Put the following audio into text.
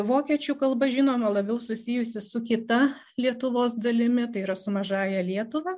vokiečių kalba žinoma labiau susijusi su kita lietuvos dalimi tai yra su mažąja lietuva